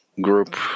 group